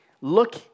look